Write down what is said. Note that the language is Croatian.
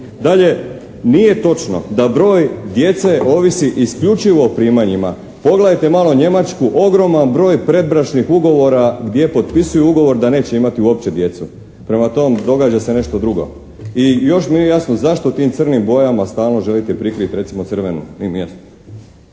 Dalje, nije točno da broj djece ovisi isključivo o primanjima. Pogledajte malo Njemačku, ogroman broj predbračnih ugovora gdje potpisuju ugovor da neće imati uopće djecu. Prema tom događa se nešto drugo. I još nije jasno zašto tim crnim bojama stalno želite prikriti recimo crvenu? Nije